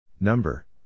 Number